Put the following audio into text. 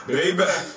Baby